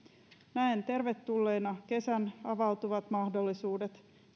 näen tervetulleena kesän avautuvat mahdollisuudet